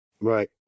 Right